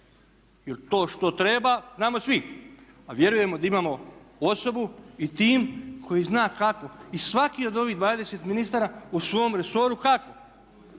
Jer to što treba znamo svi, a vjerujemo da imamo osobu i tim koji zna kako i svaki od ovih 20 ministara o svom resoru kako